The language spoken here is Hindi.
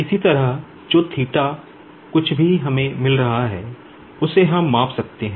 इसी तरह जो कुछ भी हमें मिल रहा है उसे हम माप सकते हैं